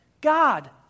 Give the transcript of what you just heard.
God